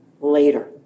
later